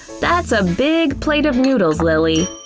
that's a big plate of noodles, lilly!